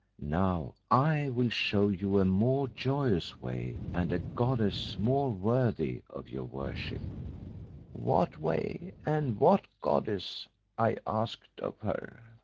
now i will show you a more joyous way and a goddess more worthy of your worship what way, and what goddess i asked of her.